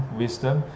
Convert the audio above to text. wisdom